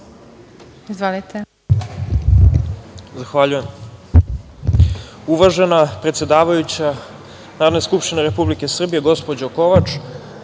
Kebara** Zahvaljujem. Uvažena predsedavajuća Narodne skupštine Republike Srbije, gospođo Kovač,